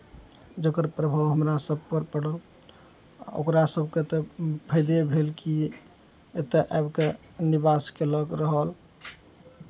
जकर प्रभाव हमरा सभपर पड़ल ओकरा सभकेँ तऽ फाइदे भेल कि एतय आबि कऽ निवास कयलक रहल